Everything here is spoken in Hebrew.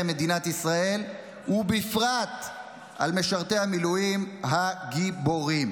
מדינת ישראל ובפרט על משרתי המילואים הגיבורים.